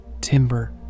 timber